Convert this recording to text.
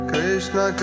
Krishna